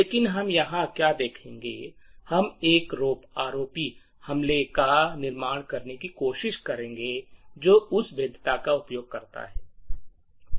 लेकिन हम यहां क्या देखेंगे हम एक रोप हमले का निर्माण करने की कोशिश करेंगे जो उस भेद्यता का उपयोग करता है